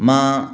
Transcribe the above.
मां